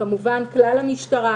כמובן כלל המשטרה.